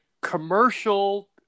commercial